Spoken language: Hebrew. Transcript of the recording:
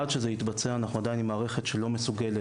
עד שזה יתבצע, אנחנו עדיין עם מערכת שלא מסוגלת